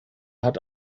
hat